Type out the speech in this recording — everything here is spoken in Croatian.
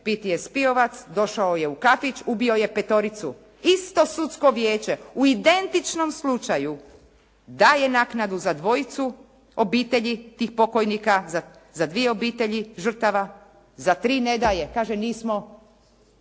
PTSP-ovac došao je u kafić, ubio je petoricu. Isto sudsko vijeće u identičnom slučaju daje naknadu za dvojicu obitelji tih pokojnika, za dvije obitelji žrtava, za tri ne daje, kaže nismo,